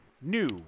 new